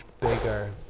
bigger